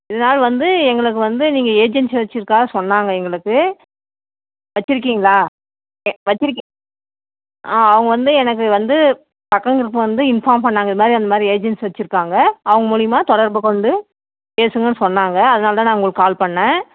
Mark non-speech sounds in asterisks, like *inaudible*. இதாவது வந்து எங்களுக்கு வந்து நீங்கள் ஏஜென்சி வச்சுருக்கிறதா சொன்னாங்கள் எங்களுக்கு வச்சுருக்கீங்களா வச்சுருக்கி ஆ அவங்க வந்து எனக்கு வந்து *unintelligible* வந்து இன்ஃபார்ம் பண்ணிணாங்க இது மாதிரி அந்த மாதிரி ஏஜென்சி வச்சுருக்காங்க அவங்க மூலிமா தொடர்பு கொண்டு பேசணும்னு சொன்னாங்கள் அதனால தான் நான் உங்களுக்கு கால் பண்ணிணேன்